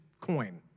coin